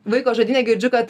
vaiko žodyne girdžiu kad